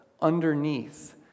underneath